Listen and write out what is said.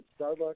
Starbucks